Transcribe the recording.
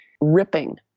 ripping